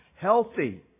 healthy